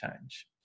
change